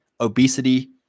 obesity